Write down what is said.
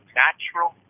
natural